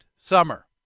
summer